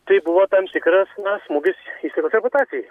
tai buvo tam tikras na smūgis įstaigos reputacijai